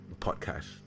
podcast